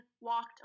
walked